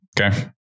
Okay